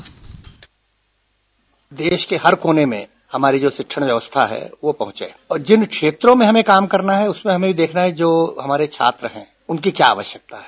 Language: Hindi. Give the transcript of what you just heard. बाइट देश के हर कोने में हमारी जो शिक्षण व्यवस्था है वह पहुंचे और जिन क्षेत्रों में हमें काम करना है उसमें हमें देखना है जो हमारे छात्र है उनकी क्या आवश्यकता है